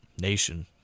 nation